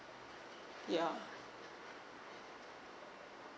ya